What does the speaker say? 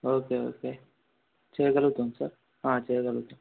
okay okay చేయగలుగుతాం sir చేయగలుగుతాం